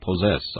possess